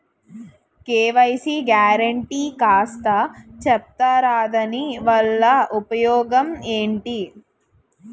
KYC guarantee కాస్త చెప్తారాదాని వల్ల ఉపయోగం ఎంటి?